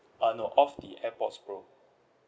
uh no of the AirPods pro